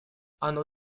оно